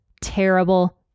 terrible